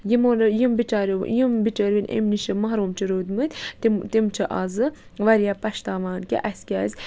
یِمو نہٕ یِم بِچاریو یِم بِچٲرۍ وۄنۍ اَمہِ نِش چھِ محروٗم چھِ روٗدۍمٕتۍ تِم تِم چھِ اَزٕ واریاہ پَشتاوان کہِ اَسہِ کیٛازِ